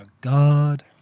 god